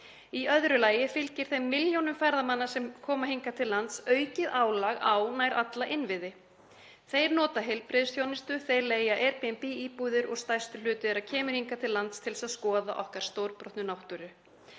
Í öðru lagi fylgir þeim milljónum ferðamanna sem koma hingað til lands aukið álag á nær alla innviði. Þeir nota heilbrigðisþjónustu, þeir leigja Airbnb-íbúðir og stærstur hluti þeirra kemur hingað til lands til að skoða okkar stórbrotnu náttúru.